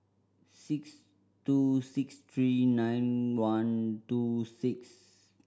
six two six three nine one two six